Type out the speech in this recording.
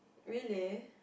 really